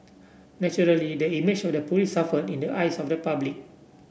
naturally the image of the police suffered in the eyes of the public